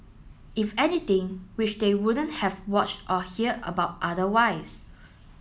if anything which which they wouldn't have watched or heard about otherwise